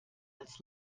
als